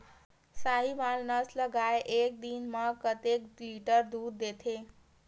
साहीवल नस्ल गाय एक दिन म कतेक लीटर दूध देथे?